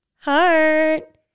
heart